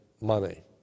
money